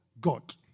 God